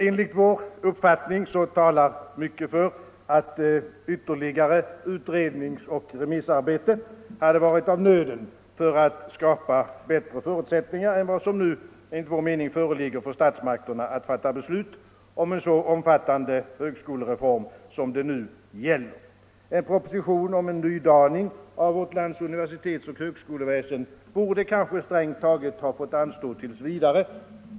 Enligt vår uppfattning talar mycket för att ytterligare utredningsoch remissarbete hade varit av nöden för att skapa bättre förutsättningar än vad som nu föreligger för statsmakterna att fatta beslut om en så omfattande högskolereform som denna. En proposition om en omdaning av vårt lands universitetsoch högskoleväsende borde kanske strängt taget ha fått anstå t. v.